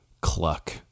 cluck